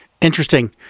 Interesting